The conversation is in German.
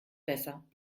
besser